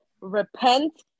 repent